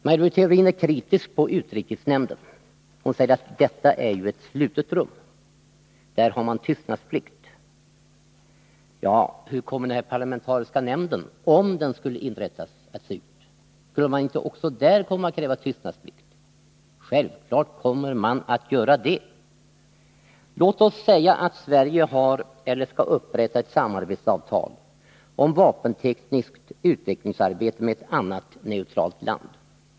Maj Britt Theorin är kritisk mot utrikesnämnden och säger att den är som ett slutet rum — där har man tystnadsplikt. Ja, men hur skulle den här parlamentariska nämnden, om den skulle inrättas, komma att se ut? Kommer man inte också där att kräva tystnadsplikt? Självfallet kommer man att göra det. Låt oss anta att Sverige skall upprätta ett samarbetsavtal om vapentekniskt utvecklingsarbete med ett annat neutralt land.